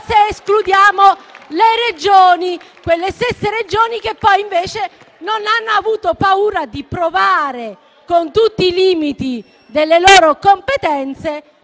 escludiamo le Regioni, quelle stesse Regioni che poi invece non hanno avuto paura di provare, con tutti i limiti delle loro competenze, a